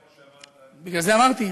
לכן אמרתי,